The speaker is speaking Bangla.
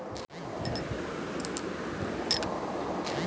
ইউনিয়ন ব্যাঙ্ক হল ভারতের একটি সরকারি ব্যাঙ্ক